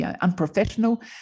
unprofessional